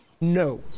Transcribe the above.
No